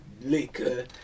liquor